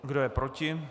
Kdo je proti?